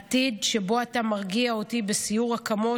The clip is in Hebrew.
עתיד שבו אתה מרגיע אותי בסיור רקמות